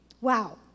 Wow